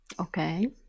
Okay